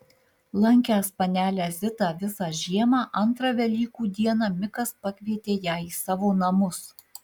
lankęs panelę zitą visą žiemą antrą velykų dieną mikas pakvietė ją į savo namus